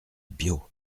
biot